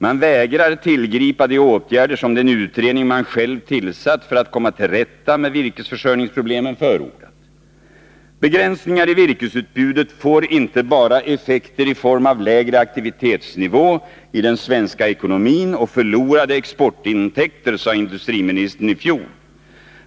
Man vägrar tillgripa de åtgärder som den utredning man själv har tillsatt för att komma till rätta med virkesförsörjningsproblemen förordat. Begränsningar i virkesutbudet får inte bara effekter i form av lägre aktivitetsnivå i den svenska ekonomin och förlorade exportintäkter, sade industriministern i fjol.